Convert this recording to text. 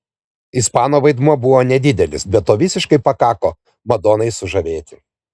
ispano vaidmuo buvo nedidelis bet to visiškai pakako madonai sužavėti